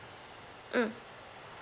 mm